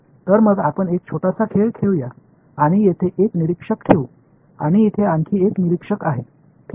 तर मग आपण एक छोटासा खेळ खेळूया आणि येथे एक निरीक्षक ठेवू आणि इथे आणखी एक निरीक्षक आहे ठीक आहे